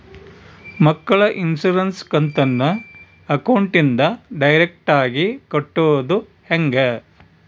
ಮಕ್ಕಳ ಇನ್ಸುರೆನ್ಸ್ ಕಂತನ್ನ ಅಕೌಂಟಿಂದ ಡೈರೆಕ್ಟಾಗಿ ಕಟ್ಟೋದು ಹೆಂಗ?